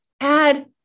add